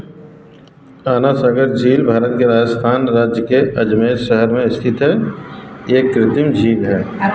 आना सागर झील भारत के राजस्थान राज्य के अजमेर शहर में स्थित है यह एक कृत्रिम झील है